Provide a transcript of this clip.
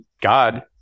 God